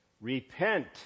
Repent